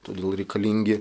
todėl reikalingi